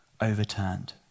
overturned